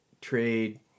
trade